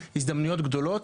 הזדמנויות גדולות.